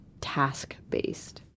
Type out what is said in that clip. task-based